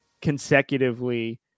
consecutively